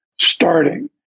starting